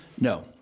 No